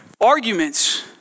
arguments